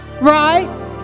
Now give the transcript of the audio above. right